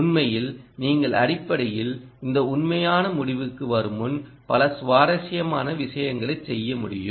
உண்மையில்நீங்கள் அடிப்படையில் இந்த உண்மையான முடிவுக்கு வரும் முன் பல சுவாரஸ்யமான விஷயங்களை செய்ய முடியும்